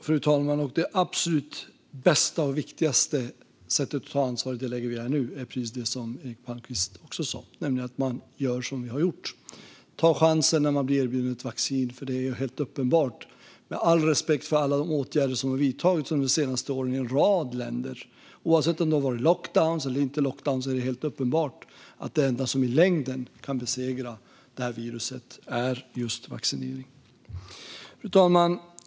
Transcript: Fru talman! Det absolut bästa och viktigaste sättet att ta ansvar nu är precis det som Eric Palmqvist sa, nämligen att göra som vi har gjort och ta chansen när man blir erbjuden vaccin. Det är helt uppenbart - med all respekt för de åtgärder som har vidtagits de senaste åren i en rad länder, oavsett om det har varit lockdowns eller inte lockdowns - att det enda som i längden kan besegra viruset är vaccinering. Fru talman!